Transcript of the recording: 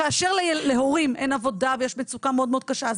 כאשר להורים אין עבודה ויש מצוקה מאוד קשה,